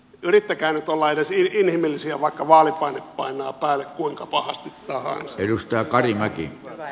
yrittäkää nyt olla edes inhimillisiä vaikka vaalipaine painaa päälle kuinka pahasti tahansa